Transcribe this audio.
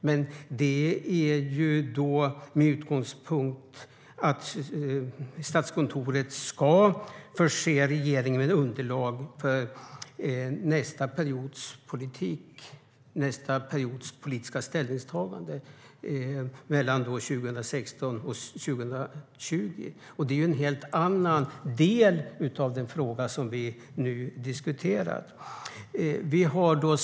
Men utgångspunkten är att Statskontoret ska förse regeringen med underlag för nästa periods politik och ställningstaganden mellan 2016 och 2020, och det är en helt annan del av den fråga vi nu diskuterar.